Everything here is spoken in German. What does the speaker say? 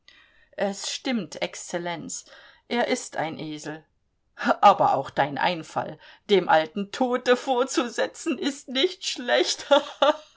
es stimmt exzellenz er ist ein esel aber auch dein einfall dem alten tote vorzusetzen ist nicht schlecht